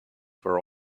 for